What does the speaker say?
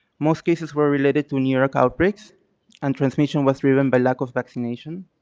most cases were related to new york outbreaks and transmission was driven by lack of vaccination.